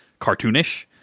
cartoonish